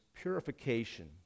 purification